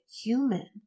human